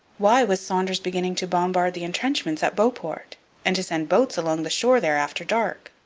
why was saunders beginning to bombard the entrenchments at beauport and to send boats along the shore there after dark?